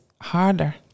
harder